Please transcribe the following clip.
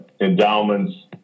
endowments